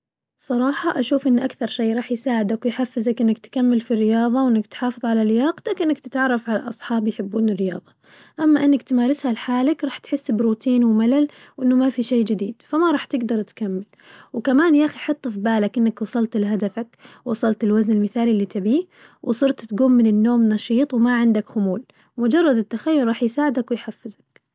صراحة أشوف إنه أكثر شي راح يساعدك ويحفزك إنك تكمل في الرياضة وإنه تحافظ على لياقتك إنك تتعرف على أصحاب يحبون الرياضة، أما إنك تمارسها لحالك راح تحس بروتين وملل وإنه ما في شي جديد فما راح تقدر تكمل، وكان يا أخي حط في بالك إنك وصلت لهدفك وصلت للوزن المثالي اللي تبيه وصرت تقوم من النوم نشيط وما عندك خمول، مجرد التخيل راح يساعدك ويحفزك.